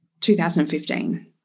2015